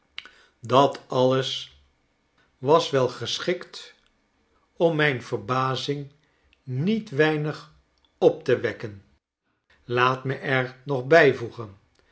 dat alles was wel geschikt om mijn verbazing niet weinig op te wekken laat me r nog bijvoegen